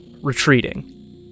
retreating